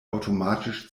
automatisch